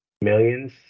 millions